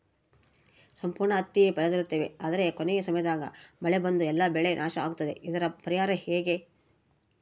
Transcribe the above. ಸಂಪೂರ್ಣ ಹತ್ತಿ ಬೆಳೆದಿರುತ್ತೇವೆ ಆದರೆ ಕೊನೆಯ ಸಮಯದಾಗ ಮಳೆ ಬಂದು ಎಲ್ಲಾ ಬೆಳೆ ನಾಶ ಆಗುತ್ತದೆ ಇದರ ಪರಿಹಾರ ಹೆಂಗೆ?